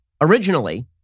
Originally